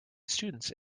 students